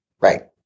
Right